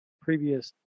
previous